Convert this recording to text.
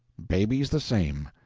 babies the same.